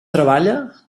treballa